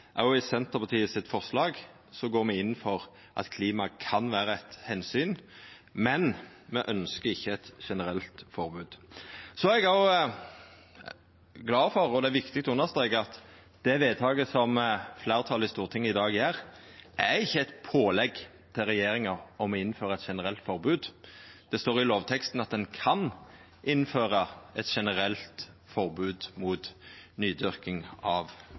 i Senterpartiet sitt forslag går me inn for at klimaet kan vera eit omsyn. Men me ønskjer ikkje eit generelt forbod. Så er eg òg glad for, og det er viktig å understreka, at det vedtaket som fleirtalet i Stortinget i dag fattar, ikkje er eit pålegg til regjeringa om å innføra eit generelt forbod. Det står i lovteksten at ein «kan» innføra eit generelt forbod mot nydyrking av